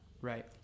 Right